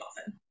often